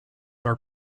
are